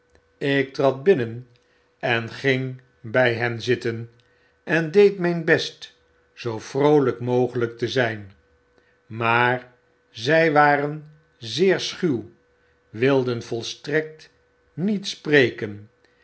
lk trad binnen en ging bij hen zitten en deed myn best zoo vroolyk mogelyk te zyn maar zy waren zeer schuw wilden volstrekt niet spreken